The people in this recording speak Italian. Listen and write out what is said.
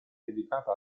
dedicata